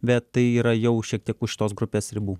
bet tai yra jau šiek tiek už tos grupės ribų